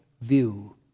view